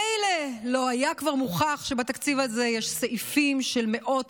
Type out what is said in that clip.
מילא לא היה כבר מוכח שבתקציב הזה יש סעיפים של מאות